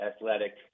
athletic